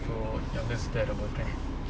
for youngest terrible time